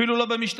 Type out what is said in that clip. אפילו לא במשתמע: